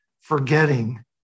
forgetting